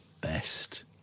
best